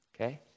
Okay